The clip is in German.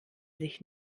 sich